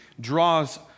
draws